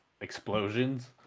explosions